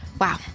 Wow